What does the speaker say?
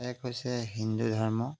এক হৈছে হিন্দু ধৰ্ম